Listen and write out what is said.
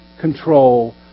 control